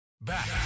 Back